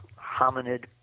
hominid